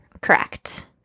Correct